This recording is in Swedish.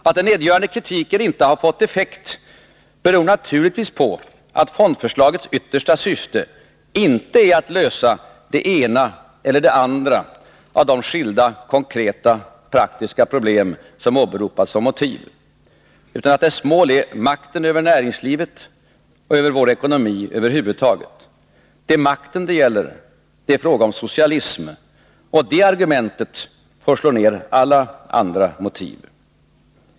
Att den nedgörande kritiken inte har fått effekt beror naturligtvis på att fondförslagets yttersta syfte inte är att lösa det ena eller det andra av de skilda konkreta praktiska problem som åberopas som motiv, utan att dess mål är makten över näringslivet och över vår ekonomi över huvud taget. Det är makten det gäller. Det är fråga om socialism. Det argumentet får slå ned alla andra motiv.